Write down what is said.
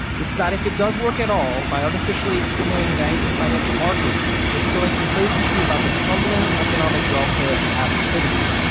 it's that if it does work at all by artificially stimulating banks and financial markets, markets, it's sowing c omplacency about the crumbling economic welfare of the average citizen.